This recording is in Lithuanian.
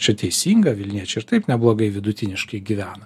čia teisinga vilniečiai ir taip neblogai vidutiniškai gyvena